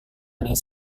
paling